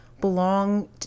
belong